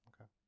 Okay